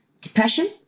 depression